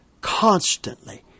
constantly